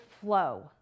flow